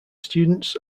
students